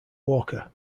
walker